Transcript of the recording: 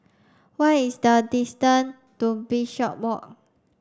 what is the distance to Bishopswalk